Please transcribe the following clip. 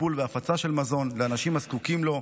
טיפול והפצה של מזון לאנשים הזקוקים לו,